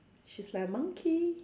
she's like a monkey